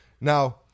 Now